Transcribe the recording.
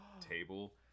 table